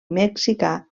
mexicà